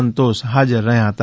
સંતોષ હાજર રહ્યા હતા